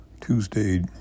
Tuesday